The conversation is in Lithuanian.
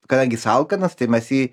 kadangi jis alkanas tai mes jį